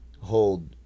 hold